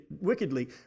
wickedly